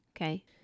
Okay